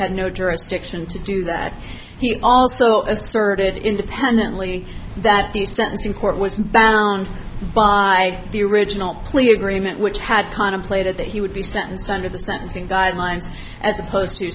had no jurisdiction to do that he also asserted independently that the sentencing court was bound by the original plea agreement which had contemplated that he would be sentenced under the sentencing guidelines as opposed to